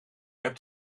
hebt